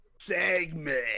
segment